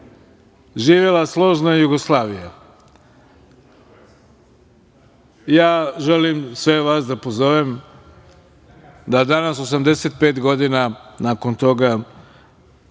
živela složna Jugoslavija. Ja želim sve vas da pozovem da danas 85 godina nakon toga